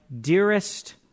dearest